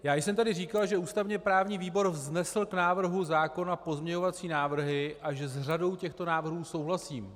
Já jsem tady říkal, že ústavněprávní výbor vznesl k návrhu zákona pozměňovací návrhy a že s řadou těchto návrhů souhlasím.